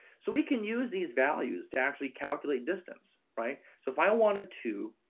so we can use these values to actually calculate distance, right? so if i wanted to,